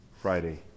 Friday